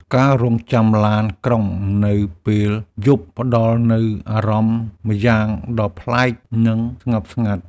ការរង់ចាំឡានក្រុងនៅពេលយប់ផ្ដល់នូវអារម្មណ៍ម្យ៉ាងដ៏ប្លែក និងស្ងប់ស្ងាត់។